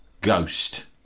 ghost